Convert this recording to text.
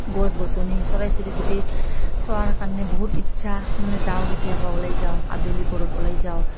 গছ গছনি চৰাই চিৰিকটি চোৱাৰ কাৰণে বহুত ইচ্ছা মানে যাওঁ কেতিয়াবা ওলাই যাওঁ আবেলি পৰত ওলাই যাওঁ